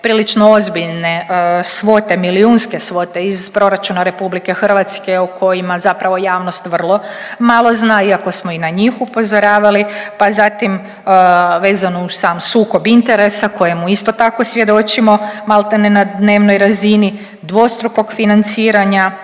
prilično ozbiljne svote, milijunske svote iz proračuna RH o kojima zapravo javnost vrlo malo zna iako smo i na njih upozoravali, pa zatim vezano uz sam sukob interesa kojemu isto tako svjedočimo maltene na dnevnoj razini dvostrukog financiranja